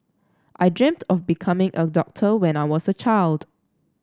I dreamt of becoming a doctor when I was a child